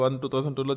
2002